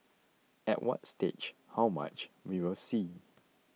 at what stage how much we will see